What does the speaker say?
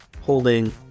holding